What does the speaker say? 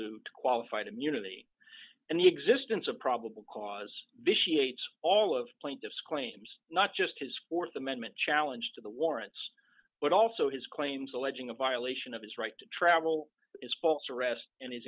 aleut qualified immunity and the existence of probable cause vitiate all of plaintiff's claims not just his th amendment challenge to the warrants but also his claims alleging a violation of his right to travel is false arrest and is